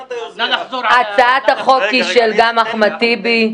מבחינת --- הצעת החוק היא גם של אחמד טיבי.